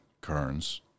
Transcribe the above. Kearns